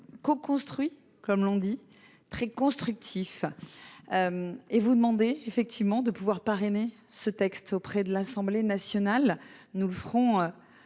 co-construit comme l'on dit très constructif et vous demandez effectivement de pouvoir parrainer ce texte auprès de l'Assemblée nationale, nous le ferons,